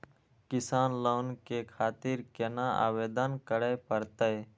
किसान लोन के खातिर केना आवेदन करें परतें?